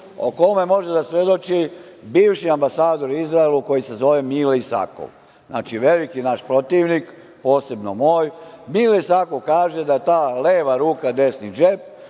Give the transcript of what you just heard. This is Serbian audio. o kome može da svedoči bivši ambasador u Izraelu koji se zove Mile Isakov, naš veliki protivnik, posebno moj. Mile Isakov kaže da ta „leva ruka, desni džep“,